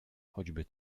choćby